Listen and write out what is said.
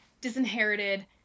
disinherited